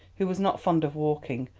who was not fond of walking,